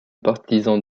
partisan